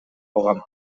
алгам